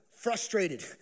frustrated